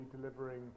delivering